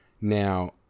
Now